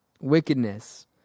wickedness